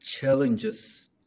challenges